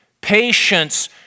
Patience